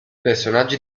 personaggi